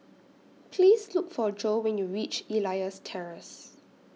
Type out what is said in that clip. Please Look For Joe when YOU REACH Elias Terrace